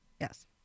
Yes